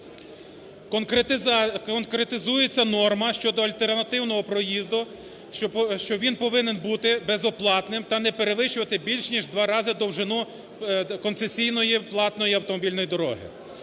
Конкретизується норма щодо альтернативного проїзду, що він повинен бути безоплатним та не перевищувати більш ніж в 2 рази довжину концесійної платної автомобільної дороги.